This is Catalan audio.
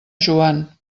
joan